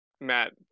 Matt